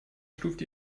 stuft